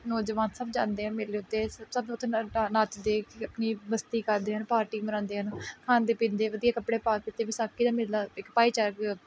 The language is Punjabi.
ਨੌਜਵਾਨ ਸਭ ਜਾਂਦੇ ਆ ਮੇਲੇ ਉੱਤੇ ਸਭ ਉੱਥੇ ਨੱਚਦੇ ਆਪਣੀ ਮਸਤੀ ਕਰਦੇ ਹਨ ਪਾਰਟੀ ਮਨਾਉਂਦੇ ਹਨ ਖਾਂਦੇ ਪੀਂਦੇ ਵਧੀਆ ਕੱਪੜੇ ਪਾ ਕੇ ਅਤੇ ਵਿਸਾਖੀ ਦਾ ਮੇਲਾ ਇੱਕ ਭਾਈਚਾਰਕ